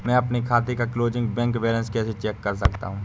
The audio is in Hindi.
मैं अपने खाते का क्लोजिंग बैंक बैलेंस कैसे चेक कर सकता हूँ?